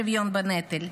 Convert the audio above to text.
בנטל.